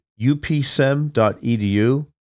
upsem.edu